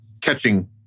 catching